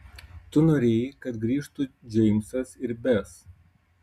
tu norėjai kad grįžtų džeimsas ir bes